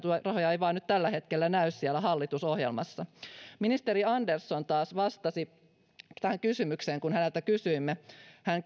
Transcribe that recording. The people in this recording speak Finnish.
rahoja ei vain nyt tällä hetkellä näy siellä hallitusohjelmassa ministeri andersson taas vastasi tähän kysymykseen kun häneltä kysyimme hän